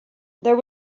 there